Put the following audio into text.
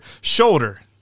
shoulder